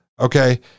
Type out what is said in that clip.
okay